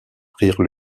prirent